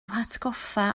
hatgoffa